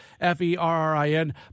F-E-R-R-I-N